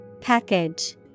Package